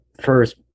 first